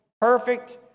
perfect